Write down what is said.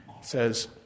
says